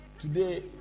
Today